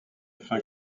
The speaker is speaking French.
fin